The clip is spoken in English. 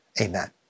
Amen